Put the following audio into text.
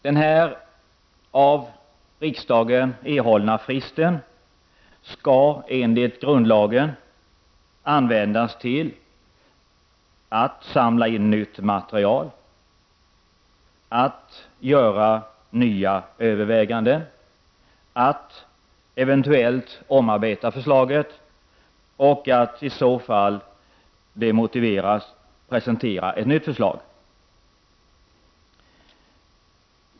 Den av riksdagen erhållna fristen skall enligt grundlagen användas till att samla in nytt material, göra nya överväganden, eventuellt omarbeta förslaget och, ifall det är motiverat, presentera ett nytt förslag.